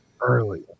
early